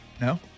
no